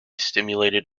stimulated